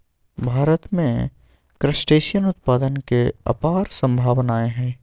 भारत में क्रस्टेशियन उत्पादन के अपार सम्भावनाएँ हई